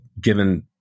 given